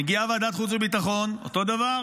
מגיעה ועדת החוץ והביטחון, אותו דבר.